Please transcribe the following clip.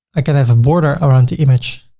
i can have a border around the image,